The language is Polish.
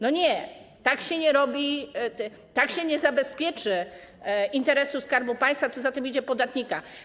Nie, tak się nie robi, tak się nie zabezpieczy interesu Skarbu Państwa, a co za tym idzie - podatnika.